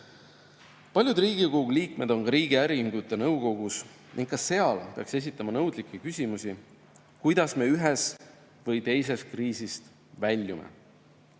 Paljud Riigikogu liikmed on ka riigi äriühingute nõukogudes ning ka seal peaks esitama nõudlikke küsimus, kuidas me ühest või teisest kriisist väljume.